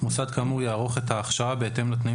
מוסד כאמור יערוך את ההכשרה בהתאם לתנאים